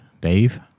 Dave